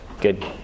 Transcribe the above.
good